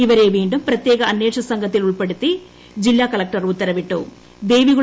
ഇവരെ വീും പ്രത്യേക അന്വേഷണസംഘത്തിൽ ഉൾപ്പെടുത്തി ജില്ലാ കളക്ടർ ഉത്തരവിട്ടു